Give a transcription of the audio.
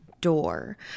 door